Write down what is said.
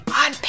on